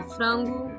Frango